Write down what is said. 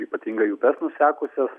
ypatingai upes nusekusias